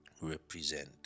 represent